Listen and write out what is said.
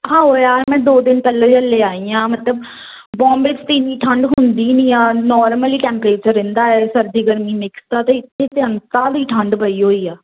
ਹਾਂ ਉਹ ਯਾਰ ਮੈਂ ਦੋ ਦਿਨ ਪਹਿਲਾਂ ਹੀ ਹਲੇ ਆਈ ਹਾਂ ਮਤਲਬ ਬੋਂਬੇ 'ਚ ਤਾਂ ਇੰਨੀ ਠੰਡ ਹੁੰਦੀ ਨਹੀਂ ਆ ਨੋਰਮਲ ਹੀ ਟੈਂਪਰੇਚਰ ਰਹਿੰਦਾ ਏ ਸਰਦੀ ਗਰਮੀ ਮਿਕਸ ਦਾ ਅਤੇ ਇੱਥੇ ਤਾਂ ਅੰਤਾਂ ਦੀ ਠੰਡ ਪਈ ਹੋਈ ਆ